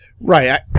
right